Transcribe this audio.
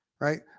right